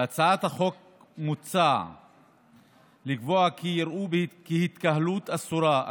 בהצעת החוק מוצע לקבוע כי יראו כהתקהלות אסורה,